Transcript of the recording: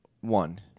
One